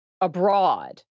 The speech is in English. abroad